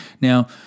Now